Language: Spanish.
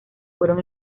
fueron